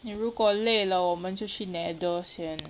你如果累了我们就去 nether 先